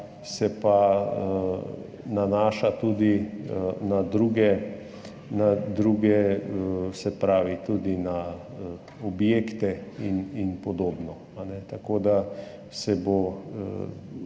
se pa nanaša tudi na druge, se pravi tudi na objekte in podobno. Tako da se bo